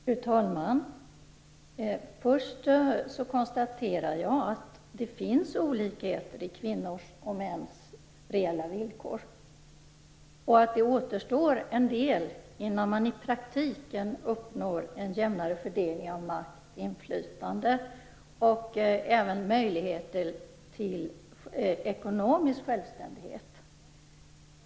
Fru talman! Först konstaterar jag att det finns olikheter i kvinnors och mäns reella villkor och att det återstår en del innan man i praktiken uppnår en jämnare fördelning av makt, inflytande och även möjligheter till ekonomisk självständighet.